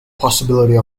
possibility